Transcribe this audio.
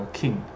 king